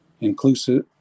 inclusive